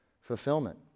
fulfillment